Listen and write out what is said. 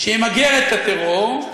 שימגר את הטרור,